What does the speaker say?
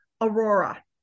Aurora